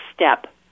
step